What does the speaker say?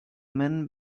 men